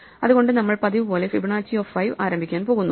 അതുകൊണ്ട് നമ്മൾ പതിവുപോലെ ഫിബനാച്ചി ഓഫ് 5 ആരംഭിക്കാൻ പോകുന്നു